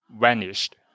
vanished